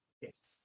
Yes